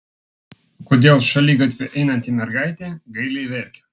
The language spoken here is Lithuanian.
kodėl šaligatviu einanti mergaitė gailiai verkia